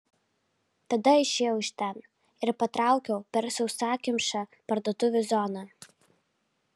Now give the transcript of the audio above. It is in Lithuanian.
tada išėjau iš ten ir patraukiau per sausakimšą parduotuvių zoną